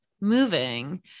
moving